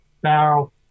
barrel